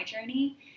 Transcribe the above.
journey